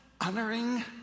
honoring